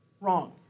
Wrong